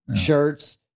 shirts